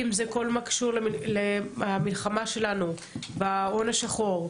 אם זה כל מה שקשור למלחמה שלנו בהון השחור.